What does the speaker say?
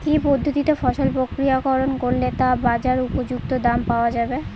কি পদ্ধতিতে ফসল প্রক্রিয়াকরণ করলে তা বাজার উপযুক্ত দাম পাওয়া যাবে?